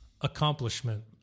accomplishment